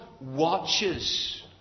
watches